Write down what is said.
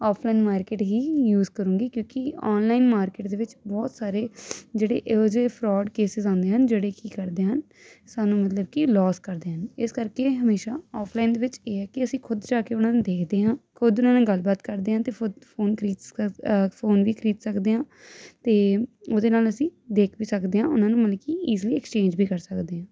offline market ਹੀ use ਕਰੂੰਗੀ ਕਿਉਂਕਿ ਆਨਲਾਈਨ ਮਾਰਕੀਟ ਦੇ ਵਿੱਚ ਬਹੁਤ ਸਾਰੇ ਜਿਹੜੇ ਇਹੋ ਜਿਹੇ ਫਰੋਡ ਕੇਸ ਆਉਂਦੇ ਹਨ ਜਿਹੜੇ ਕੀ ਕਰਦੇ ਹਨ ਸਾਨੂੰ ਮਤਲਬ ਕਿ ਲੋਸ ਕਰਦੇ ਹਨ ਇਸ ਕਰਕੇ ਹਮੇਸ਼ਾ ਆਫਲਾਈਨ ਦੇ ਵਿੱਚ ਇਹ ਹੈ ਕਿ ਅਸੀਂ ਖੁਦ ਜਾ ਕੇ ਉਹਨਾਂ ਨੂੰ ਦੇਖਦੇ ਹਾਂ ਖੁਦ ਉਹਨਾਂ ਨਾਲ ਗੱਲਬਾਤ ਕਰਦੇ ਹਾਂ ਅਤੇ ਖੁਦ ਫੋਨ ਖਰੀਦ ਫੋਨ ਵੀ ਖਰੀਦ ਸਕਦੇ ਹਾਂ ਅਤੇ ਉਹਦੇ ਨਾਲ ਅਸੀਂ ਦੇਖ ਵੀ ਸਕਦੇ ਹਾਂ ਉਹਨਾਂ ਨੂੰ ਮਤਲਬ ਕਿ ਈਜ਼ੀ ਐਕਸਚੇਂਜ ਵੀ ਕਰ ਸਕਦੇ ਹਾਂ